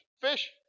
Fish